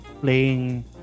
playing